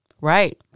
Right